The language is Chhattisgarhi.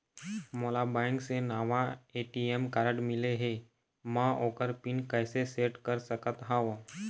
मोला बैंक से नावा ए.टी.एम कारड मिले हे, म ओकर पिन कैसे सेट कर सकत हव?